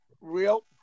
real